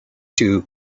too